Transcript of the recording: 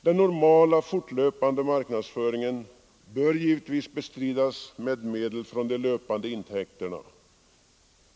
Den normala, fortlöpande marknadsföringen bör givetvis bestridas av medel från de löpande intäkterna.